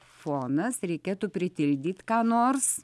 fonas reikėtų pritildyt ką nors